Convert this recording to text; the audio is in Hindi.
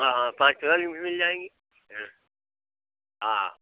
हाँ हाँ पाँचवा का भी मिल जाएँगी हाँ हाँ